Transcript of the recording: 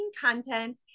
content